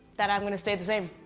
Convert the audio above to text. that i'm gonna stay the same.